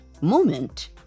moment